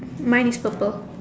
mine is purple